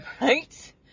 Right